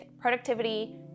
productivity